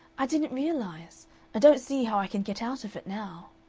i didn't realize i don't see how i can get out of it now.